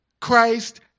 Christ